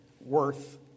worth